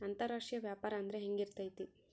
ಅಂತರಾಷ್ಟ್ರೇಯ ವ್ಯಾಪಾರ ಅಂದ್ರೆ ಹೆಂಗಿರ್ತೈತಿ?